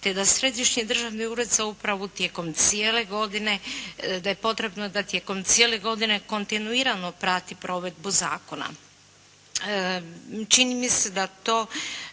te da Središnji državni ured za upravu tijekom cijele godine, da je potrebno da tijekom cijele godine kontinuirano prati provedbu zakona. Čini mi se da to